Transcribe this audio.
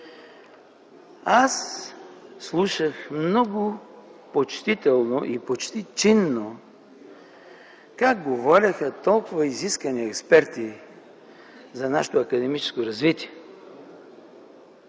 Аз слушах много почтително и почти чинно как говореха толкова изискани експерти за нашето академично развитие.